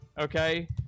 Okay